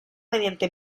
mediante